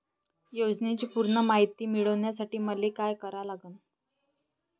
योजनेची पूर्ण मायती मिळवासाठी मले का करावं लागन?